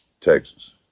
texas